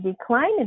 decline